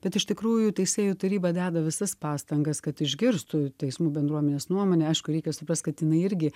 bet iš tikrųjų teisėjų taryba deda visas pastangas kad išgirstų teismų bendruomenės nuomonę aišku reikia suprast kad jinai irgi